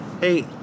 Hey